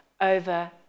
over